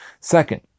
Second